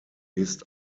ist